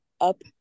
up